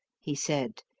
he said,